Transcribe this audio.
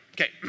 Okay